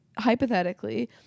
hypothetically